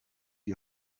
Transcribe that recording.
die